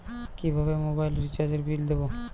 কিভাবে মোবাইল রিচার্যএর বিল দেবো?